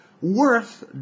worth